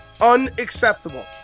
unacceptable